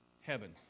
heaven